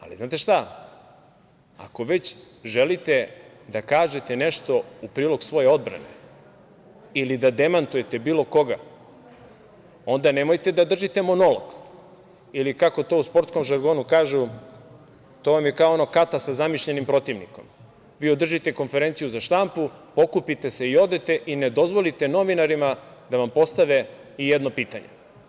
Ali, znate šta, ako već želite da kažete nešto u prilog svoje odbrane ili da demantujete bilo koga, onda nemojte da držite monolog ili kako to u sportskom žargonu kažu – kata sa zamišljenim protivnikom, vi održite konferenciju za štampu, pokupite se i odete i ne dozvolite novinarima da vam postave i jedno pitanje.